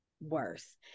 worse